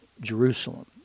jerusalem